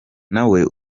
nawe